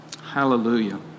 Hallelujah